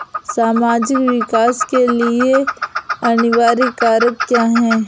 सामाजिक विकास के लिए अनिवार्य कारक क्या है?